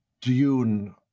Dune